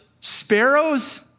sparrows